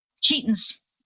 Keaton's